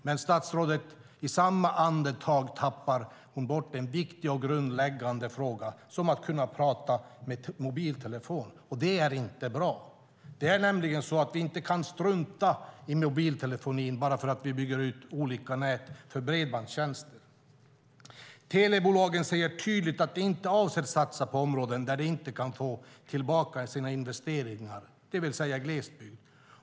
Men i samma andetag tappar statsrådet bort en viktig och grundläggande fråga, som att kunna prata i mobiltelefon. Och det är inte bra. Vi kan inte strunta i mobiltelefonin bara därför att vi bygger ut olika nät för bredbandstjänster. Telebolagen säger tydligt att de inte avser att satsa på områden där de inte kan få tillbaka sina investeringar, det vill säga i glesbygden.